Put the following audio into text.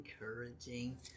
encouraging